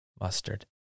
Mustard